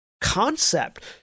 concept